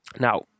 Now